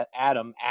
Adam